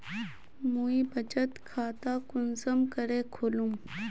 मुई बचत खता कुंसम करे खोलुम?